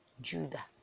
Judah